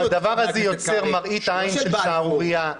הדבר הזה יוצר מראית עין של שערורייה,